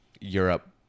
europe